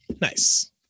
Nice